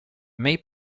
may